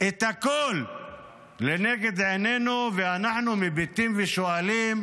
את הכול לנגד עינינו, ואנחנו מביטים ושואלים: